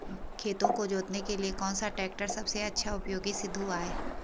खेतों को जोतने के लिए कौन सा टैक्टर सबसे अच्छा उपयोगी सिद्ध हुआ है?